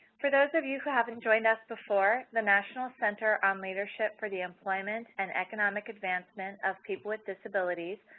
for those of you who have not and joined us before, the national center on leadership for the employment and economic advancement of people with disabilities,